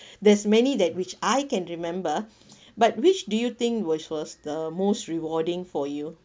there's many that which I can remember but which do you think which was the most rewarding for you